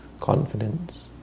confidence